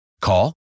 Call